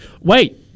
Wait